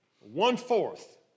one-fourth